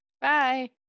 Bye